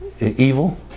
evil